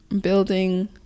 building